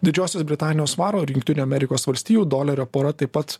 didžiosios britanijos svaro ir jungtinių amerikos valstijų dolerio pora taip pat